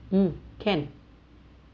mm can